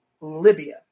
Libya